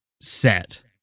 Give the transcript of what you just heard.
set